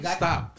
stop